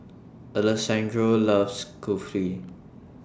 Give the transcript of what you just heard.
Alessandro loves Kulfi